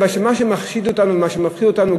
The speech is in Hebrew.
מה שמחשיד מבחינתנו ומה שמפחיד אותנו,